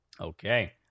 Okay